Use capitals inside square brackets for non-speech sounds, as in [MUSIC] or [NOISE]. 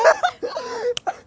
[LAUGHS]